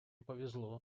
повезло